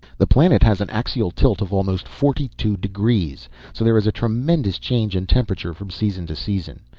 the planet has an axial tilt of almost forty-two degrees, so there is a tremendous change in temperature from season to season.